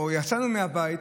או שיצאנו מהבית,